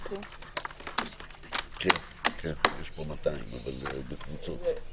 חוק ומשפט של הכנסת".